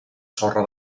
sorra